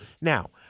Now